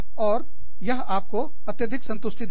और यह आपको अत्यधिक संतुष्टि देगा